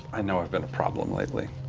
i know i've been a problem lately.